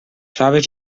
faves